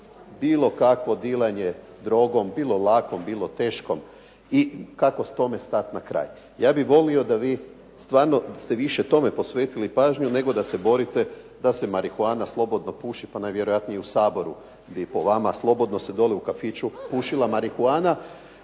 bilo kakvo dilanje drogom, bilo lakom, bilo teškom i kako tome stati na kraj. Ja bi volio da vi stvarno ste više tome posvetili pažnju nego da se borite da se marihuana slobodno puši pa najvjerojatnije u Saboru bi po vama slobodno se dole u kafiću pušila marihuana